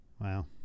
Wow